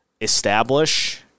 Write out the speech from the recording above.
establish